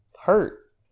hurt